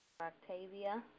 Octavia